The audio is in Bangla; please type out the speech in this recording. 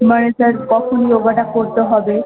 মানে স্যার কখন যোগাটা করতে হবে